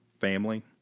family